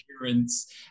appearance